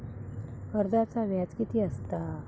कर्जाचा व्याज कीती असता?